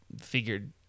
figured